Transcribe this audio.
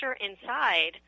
inside